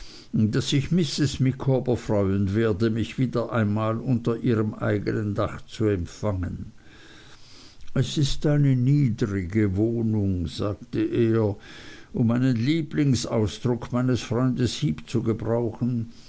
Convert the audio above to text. daß sich mrs micawber freuen werde mich wieder einmal unter ihrem eignen dach zu empfangen es ist eine niedrige wohnung sagte er um einen lieblingsausdruck meines freundes heep zu gebrauchen